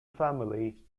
family